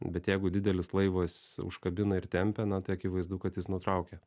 bet jeigu didelis laivas užkabina ir tempia na tai akivaizdu kad jis nutraukė